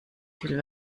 viel